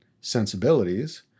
sensibilities